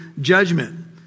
judgment